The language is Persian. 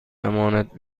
امانت